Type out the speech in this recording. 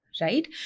right